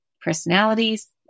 personalities